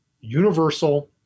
universal